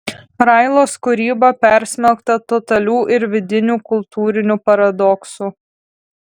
railos kūryba persmelkta totalių ir vidinių kultūrinių paradoksų